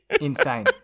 insane